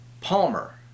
Palmer